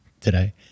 today